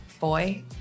boy